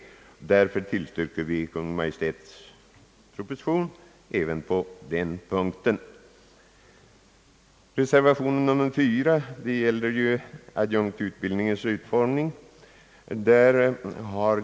Därför tillstyrker vi Kungl. Maj:ts proposition även på denna punkt. Reservation nr 4 gäller adjunktsutbildningens utformning.